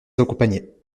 accompagnait